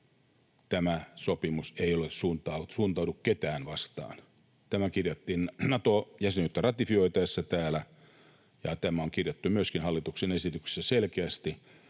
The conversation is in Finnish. tämä sopimus ei suuntaudu ketään vastaan. Tämä kirjattiin Nato-jäsenyyttä ratifioitaessa täällä, ja tämä on kirjattu myöskin hallituksen esityksessä selkeästi